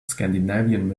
scandinavian